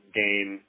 game